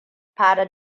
fara